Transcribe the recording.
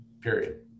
period